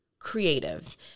Creative